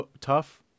tough